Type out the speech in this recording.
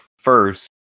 first